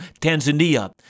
Tanzania